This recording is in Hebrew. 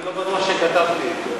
אני לא בטוח שכתבתי את זה.